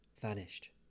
vanished